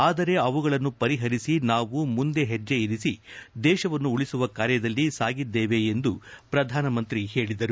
ಆದರೆ ಅವುಗಳನ್ನು ಪರಿಹರಿಸಿ ನಾವು ಮುಂದೆ ಹೆಜ್ಜೆ ಇರಿಸಿ ದೇಶವನ್ನು ಉಳಿಸುವ ಕಾರ್ಯದಲ್ಲಿ ಸಾಗಿದ್ದೇವೆ ಎಂದು ಪ್ರಧಾನಿ ಹೇಳಿದರು